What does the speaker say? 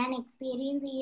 experience